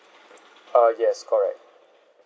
ah yes correct